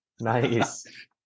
Nice